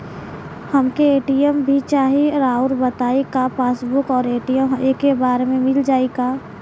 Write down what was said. हमके ए.टी.एम भी चाही राउर बताई का पासबुक और ए.टी.एम एके बार में मील जाई का?